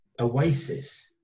Oasis